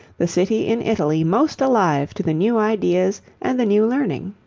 the city in italy most alive to the new ideas and the new learning.